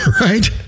right